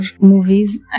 movies